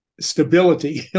stability